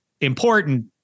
important